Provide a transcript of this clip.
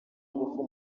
ingufu